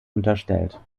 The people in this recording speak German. unterstellt